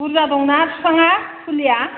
बुरजा दंना फिफाङा फुलिया